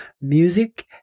music